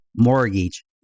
mortgage